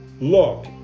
look